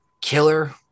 killer